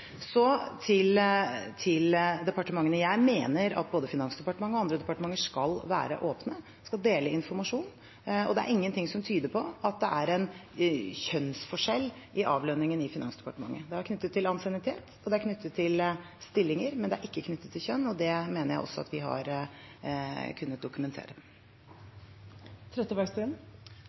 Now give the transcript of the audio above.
Så til departementene: Jeg mener at både Finansdepartementet og andre departementer skal være åpne, skal dele informasjon. Det er ingenting som tyder på at det er en kjønnsforskjell i avlønningen i Finansdepartementet. Det er knyttet til ansiennitet, og det er knyttet til stillinger, men det er ikke knyttet til kjønn. Det mener jeg også at vi har kunnet dokumentere. Anette Trettebergstuen